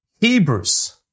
Hebrews